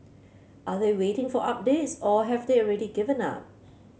are they waiting for updates or have they already given up